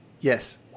Yes